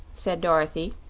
said dorothy,